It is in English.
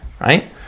right